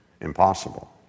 Impossible